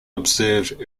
observed